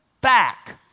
back